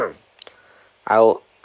I will